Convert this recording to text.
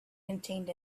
contained